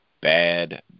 bad